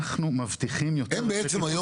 אנחנו מבטיחים יותר --- הם בעצם היום